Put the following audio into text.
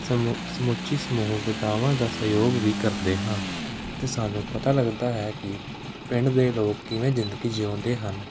ਸਮੂ ਸਮੁੱਚੀ ਸਮੂਹ ਵਤਾਵਾਂ ਦਾ ਸਹਿਯੋਗ ਵੀ ਕਰਦੇ ਹਾਂ ਅਤੇ ਸਾਨੂੰ ਪਤਾ ਲੱਗਦਾ ਹੈ ਕਿ ਪਿੰਡ ਦੇ ਲੋਕ ਕਿਵੇਂ ਜ਼ਿੰਦਗੀ ਜਿਉਂਦੇ ਹਨ